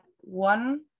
one